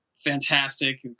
Fantastic